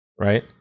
Right